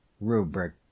Rubric